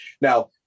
Now